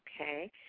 okay